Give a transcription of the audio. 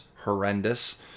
horrendous